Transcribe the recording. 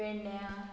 पेडण्या